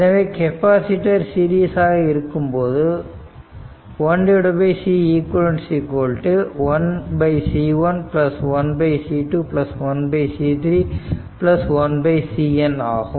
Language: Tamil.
எனவே கெப்பாசிட்டர் சீரிஸ் ஆக இருக்கும்போது 1Ceq 1C1 1C2 1C3 1CN ஆகும்